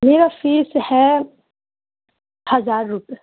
میرا فیس ہے ہزار روپے